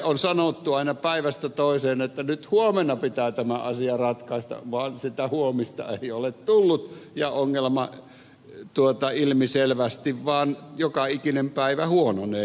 on sanottu aina päivästä toiseen että huomenna pitää tämä asia ratkaista vaan sitä huomista ei ole tullut ja ongelma ilmiselvästi vaan joka ikinen päivä huononee